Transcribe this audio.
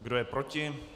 Kdo je proti?